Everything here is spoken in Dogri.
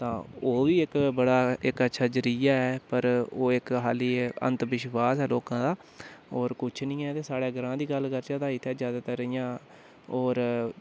तां ओह् बी इक बड़ा इक अच्छा जरिया ऐ पर ओह् इक खाल्ली अंतविश्वास ऐ लोकां दा होर कुछ नी ऐ ते साढ़ै ग्रांऽ दी गल्ल करचै ते इत्थें ज्यादा तर इयां होर